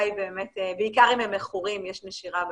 היא באמת בעיקר אם הם מכורים יש נשירה באמצע.